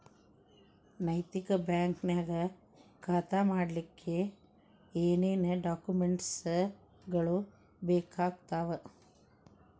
ನೈತಿಕ ಬ್ಯಾಂಕ ನ್ಯಾಗ್ ಖಾತಾ ಮಾಡ್ಲಿಕ್ಕೆ ಏನೇನ್ ಡಾಕುಮೆನ್ಟ್ ಗಳು ಬೇಕಾಗ್ತಾವ?